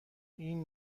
این